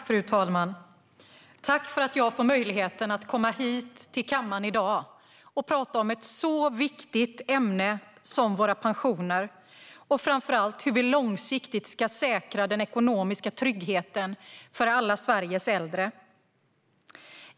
Fru talman! Jag tackar för möjligheten att komma till kammaren och tala om ett så viktigt ämne som våra pensioner och, framför allt, hur vi långsiktigt ska säkra den ekonomiska tryggheten för alla Sveriges äldre.